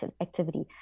activity